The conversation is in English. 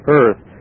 earth